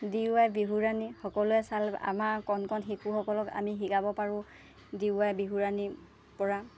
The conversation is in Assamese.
ডি ৱাই বিহুৰাণী সকলোৱে চাল আমাৰ কণ কণ শিশুসকলক আমি শিকাব পাৰোঁ ডি ৱাই বিহুৰাণীৰপৰা